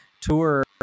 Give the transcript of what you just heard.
tour